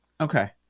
Okay